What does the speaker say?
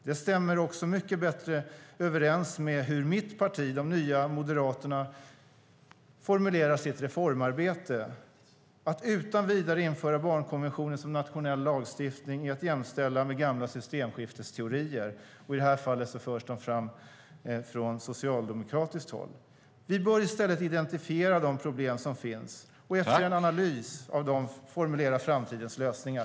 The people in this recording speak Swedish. Det stämmer också mycket bättre överens med hur mitt parti, Nya Moderaterna, formulerar sitt reformarbete. Att utan vidare införa barnkonventionen som nationell lagstiftning är att jämställa med gamla systemskiftesteorier. I det här fallet förs de fram från socialdemokratiskt håll. Vi bör i stället identifiera de problem som finns och efter en analys av dem formulera framtidens lösningar.